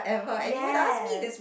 yes